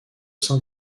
sein